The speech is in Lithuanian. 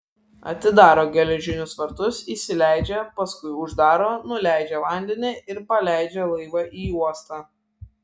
atidaro geležinius vartus įsileidžia paskui uždaro nuleidžia vandenį ir paleidžia laivą į uostą